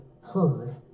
heard